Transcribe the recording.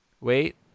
Wait